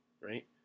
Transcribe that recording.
right